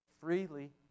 freely